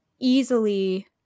easily